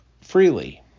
freely